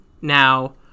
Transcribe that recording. Now